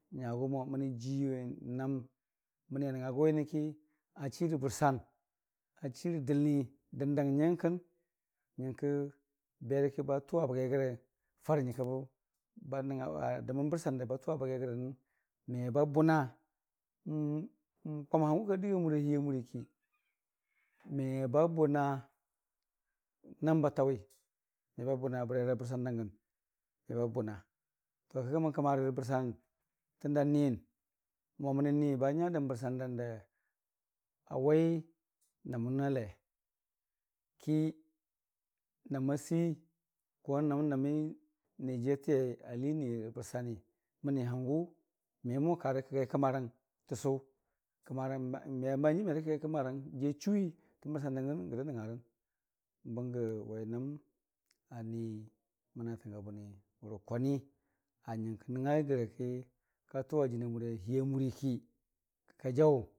Kani kəmarang nyagʊ mo məni jiiwe n'nam mənii a nəngnga go nyənəki a dii rə bərsan adii rə dəlni dəndang nyankəng nyəngkə berəki ba tʊwa bəgaigəre ki farə nyəngka bə ba dəmən bərsan dba tʊwa bəgai gərəməm, meba bʊma kwam hangʊ kadəgʊ alii ammuriiki me babʊna nam ba taʊwi meba bʊna bəri bərsandangən meba bʊna, bər kə kəmən kəmarə bərsan tən da niyən mo mənini banya dan bərsan dande awai nəmən ale ki nəma sei nəm nəmi niyajiiyu atiyei alii nirəbərsai məni hangʊ memo karə kəgai kəmarang təsu kəmərang me bənjiim merə kəgai kəmarang jii a chuwii gən bərsan dangədə nəngngarən bəngə wainəm ani mənatang a bʊni rə kwani a nyəngka nəngnga gərəki ka tʊwa jənii yəra hiiya muriiyəng.